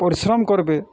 ପରିଶ୍ରମ କର୍ବେ